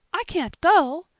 i can't go,